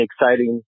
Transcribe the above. exciting